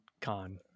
Con